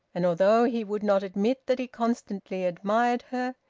and although he would not admit that he constantly admired her,